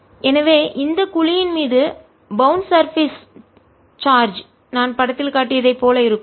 r Pcosθ எனவே இந்த குழியின் மீது பௌன்ட் சர்பேஸ் பிணைக்கப்பட்ட மேற்பரப்பு சார்ஜ் நான் படத்தில் காட்டியதைப் போல இருக்கும்